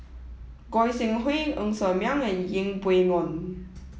Goi Seng Hui Ng Ser Miang and Yeng Pway Ngon